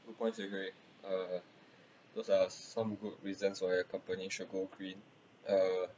points agreed uh those are some good reasons why a company should go green uh